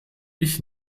ich